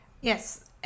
Yes